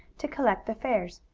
to collect the fares.